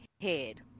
head